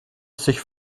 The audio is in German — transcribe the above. sich